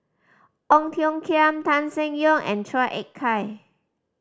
Ong Tiong Khiam Tan Seng Yong and Chua Ek Kay